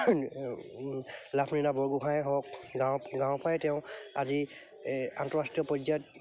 লাভলীনা বৰগোহাঁই হওক গাঁৱ গাঁৱৰ পৰাই তেওঁ আজি আন্তঃৰাষ্ট্ৰীয় পৰ্যায়ত